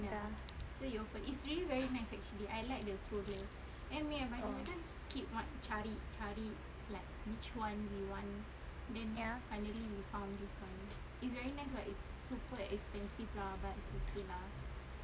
oh ya